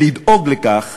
דואג לכך